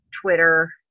Twitter